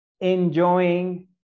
enjoying